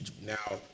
now